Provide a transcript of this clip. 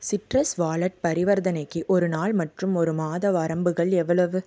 citrus wallet பரிவர்த்தனைக்கு ஒரு நாள் மற்றும் ஒரு மாத வரம்புகள் எவ்வளவு